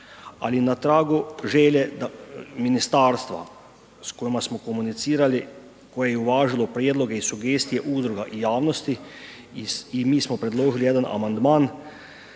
ali na tragu želje ministarstva s kojima smo komunicirali, koje je uvažilo prijedloge i sugestije udruga i javnosti i mi smo predložili jedan amandman